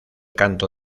canto